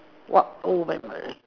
what old memory